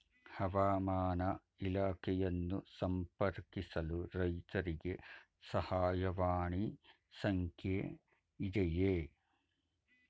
ಹವಾಮಾನ ಇಲಾಖೆಯನ್ನು ಸಂಪರ್ಕಿಸಲು ರೈತರಿಗೆ ಸಹಾಯವಾಣಿ ಸಂಖ್ಯೆ ಇದೆಯೇ?